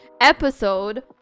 episode